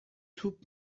توپ